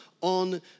on